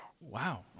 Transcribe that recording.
wow